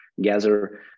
gather